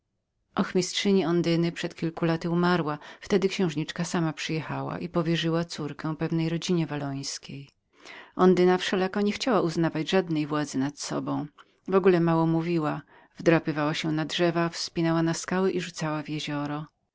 ochmistrzyni ondyny od kilku lat już była umarła wtedy księżniczka sama przyjechała i powierzyła córkę pewnej rodzinie wallońskiej ondyna wszelako nie chciała uznawać żadnej władzy nad sobą w ogóle mało mówiła drapała się na drzewa czepiała po skałach i rzucała w jezioro